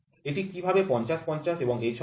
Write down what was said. এটি কীভাবে ৫০ ৫০ এবং এসব হয়